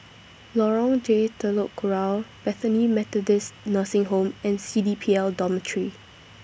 Lorong J Telok Kurau Bethany Methodist Nursing Home and C D P L Dormitory